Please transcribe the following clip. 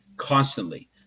constantly